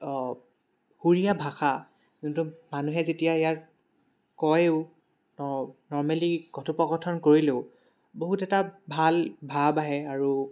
সুৰীয়া ভাষা যোনটো মানুহে যেতিয়া ইয়াক কয়ো নৰ্মেলি কথোপকথন কৰিলেও বহুত এটা ভাল ভাৱ আহে আৰু